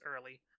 early